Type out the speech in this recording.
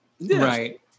Right